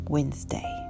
Wednesday